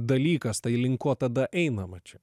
dalykas tai link ko tada einama čia